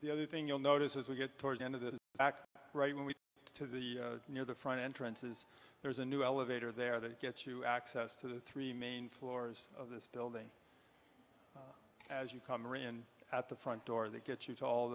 the other thing you'll notice as we get towards the end of the back right when we get to the near the front entrance is there's a new elevator there that gets to access to the three main floors of this building as you come here in at the front door that get you to all